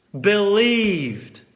Believed